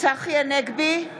צחי הנגבי,